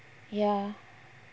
ya